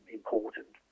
important